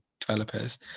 developers